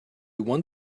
one